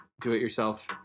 do-it-yourself